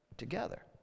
together